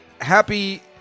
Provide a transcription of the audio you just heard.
happy